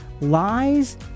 lies